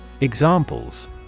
Examples